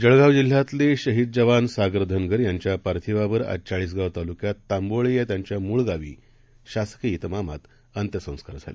जळगावजिल्ह्यातीलेशहीदजवानसागरधनगरयांच्यापार्थिवावार आजचाळीसगावतालुक्याततांबोळेयात्यांच्यामूळगावीशासकीय तिमामातअंत्यसंस्कारझाले